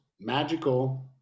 magical